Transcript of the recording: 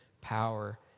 power